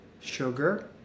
Sugar